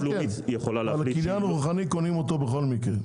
את הקניין הרוחני בכל מקרה קונים.